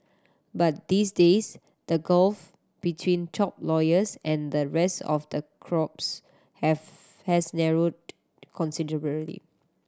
but these days the gulf between top lawyers and the rest of the crops have has narrowed considerably